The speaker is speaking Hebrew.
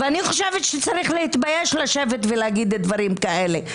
אני חושבת שצריך להתבייש לשבת ולהגיד דברים כאלה.